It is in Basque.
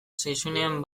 zaizunean